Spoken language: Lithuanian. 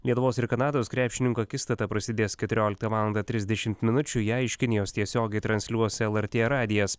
lietuvos ir kanados krepšininkų akistata prasidės keturioliktą valandą trisdešimt minučių ją iš kinijos tiesiogiai transliuos lrt radijas